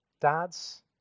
dads